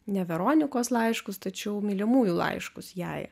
ne veronikos laiškus tačiau mylimųjų laiškus jai